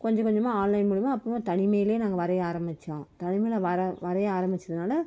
கொஞ்சம் கொஞ்சமாக ஆன்லைன் மூலையமா அப்புறமா தனிமையில் நாங்கள் வரைய ஆரம்மித்தோம் தனிமையில் வர வரைய ஆரம்மித்ததுனால